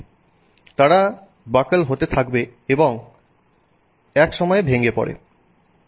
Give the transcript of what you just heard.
তাই তারা বাকল হতে থাকবে এবং এক সময়ে ভেঙ্গে পড়বে